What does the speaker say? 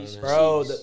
bro